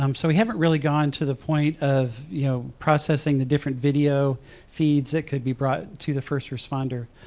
um so we haven't really gone to the point of you know processing the different video feeds that could be brought to the first responder.